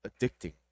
addicting